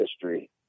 history